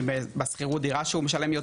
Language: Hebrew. משכר הדירה שעלתה.